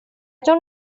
don’t